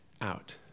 out